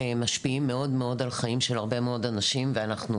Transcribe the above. שמשפיעים מאוד על חיים של הרבה מאוד אנשים ואנחנו